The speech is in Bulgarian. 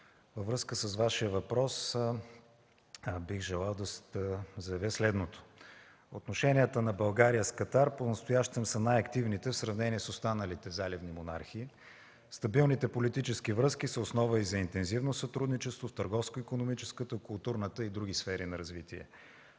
във връзка с Вашия въпрос бих желал да заявя следното. Отношенията на България с Катар понастоящем са най-активните в сравнение с останалите заливни монархии. Стабилните политически връзки са основа и за интензивно сътрудничество в търговско-икономическата, културната и други сфери на развитие.